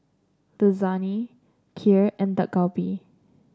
Lasagne Kheer and Dak Galbi